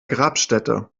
grabstätte